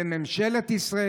לממשלת ישראל,